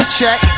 Check